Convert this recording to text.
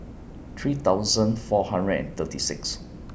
three thousand four hundred and thirty six